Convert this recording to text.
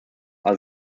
are